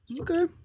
Okay